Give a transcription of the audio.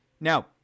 Now